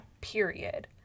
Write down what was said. period